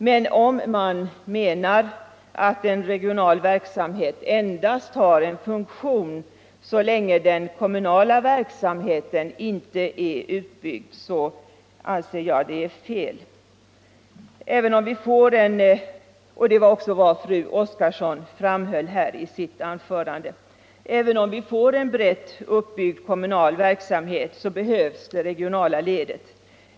Men om man menar att en regional verksamhet endast har en funktion så länge den kommunala verksamheten ej är utbyggd, så anser jag att det är fel. Det var också vad fru Oskarsson framhöll i sitt anförande. Även om vi får en brett uppbyggd kommunal verksamhet så behövs det regionala ledet.